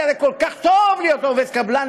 כי הרי כל כך טוב להיות עובדי קבלן,